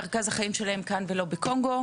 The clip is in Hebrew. מרכז החיים שלהם הוא כאן ולא בקונגו.